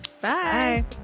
Bye